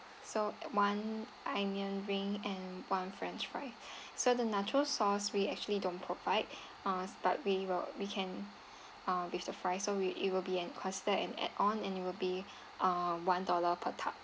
so one onion ring and one french fries so the nacho sauce we actually don't provide uh but we will we can uh with the fries so we it will be an considered an add on and it will be uh one dollar per tub